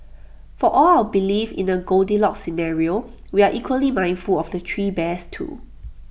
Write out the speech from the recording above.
for all our belief in the goldilocks scenario we are equally mindful of the three bears too